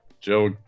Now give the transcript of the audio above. Joe